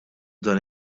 dan